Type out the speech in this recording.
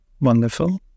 Wonderful